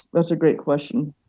that's a great question.